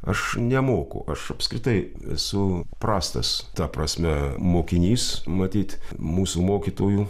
aš nemoku aš apskritai esu prastas ta prasme mokinys matyt mūsų mokytojų